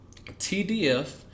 TDF